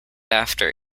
after